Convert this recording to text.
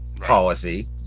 policy